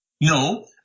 no